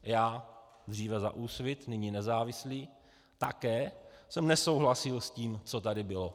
Já dříve za Úsvit, nyní nezávislý, také jsem nesouhlasil s tím, co tady bylo.